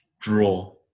draw